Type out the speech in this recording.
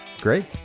Great